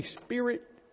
Spirit